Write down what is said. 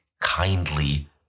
kindly